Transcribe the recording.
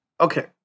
Okay